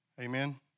Amen